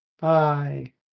Bye